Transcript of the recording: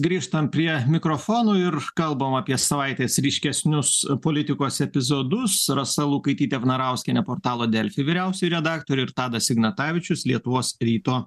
grįžtam prie mikrofonų ir kalbam apie savaitės ryškesnius politikos epizodus rasa lukaitytė vnarauskienė portalo delfi vyriausioji redaktorė ir tadas ignatavičius lietuvos ryto